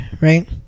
Right